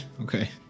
Okay